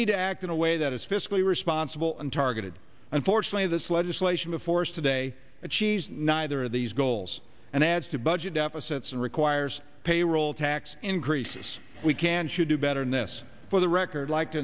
need to act in a way that is fiscally responsible and targeted unfortunately this legislation before us today achieves neither of these goals and adds to budget deficits and requires a payroll tax increase we can should do better in this with a record like